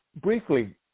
briefly